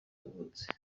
yavutse